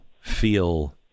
feel